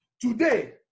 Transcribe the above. Today